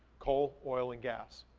coal, oil and gas.